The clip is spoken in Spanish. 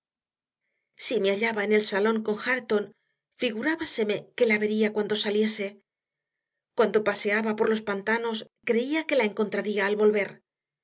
si me hallaba en el salón con hareton figurábaseme que la vería cuando saliese cuando paseaba por los pantanos creía que la encontraría al volver